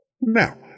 Now